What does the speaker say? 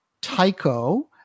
Tycho